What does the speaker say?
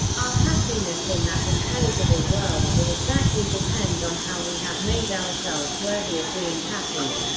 our happiness in that intelligible world will exactly depend on how we have made ourselves worthy of being happy.